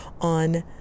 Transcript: on